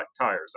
tires